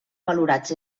valorats